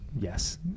yes